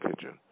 kitchen